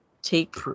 Take